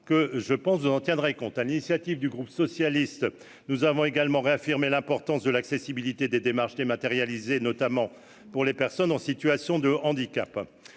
que je pense de tiendrait compte, à l'initiative du groupe socialiste, nous avons également réaffirmé l'importance de l'accessibilité des démarches dématérialisées, notamment pour les personnes en situation de handicap